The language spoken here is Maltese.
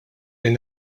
lejn